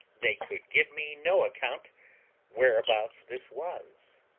they could give me no account whereabouts this was,